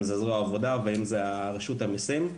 אם זו זרוע העבודה ואם זו רשות המיסים.